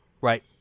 Right